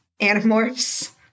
Animorphs